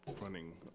running